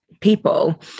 people